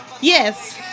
Yes